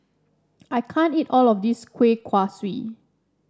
I can't eat all of this Kueh Kaswi